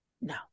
no